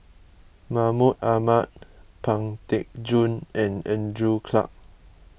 Mahmud Ahmad Pang Teck Joon and Andrew Clarke